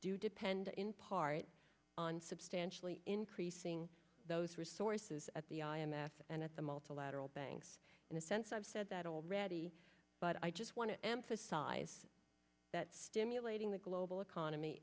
do depend in part on substantially increasing those resources at the i m f and at the multilateral banks in a sense i've said that already but i just want to emphasize that stimulating the global economy